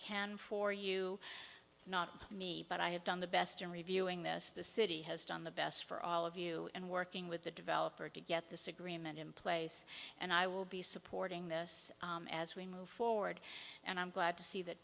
can for you not me but i have done the best in reviewing this the city has done the best for all of you and working with the developer to get this agreement in place and i will be supporting this as we move forward and i'm glad to see that